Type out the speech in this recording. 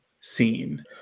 scene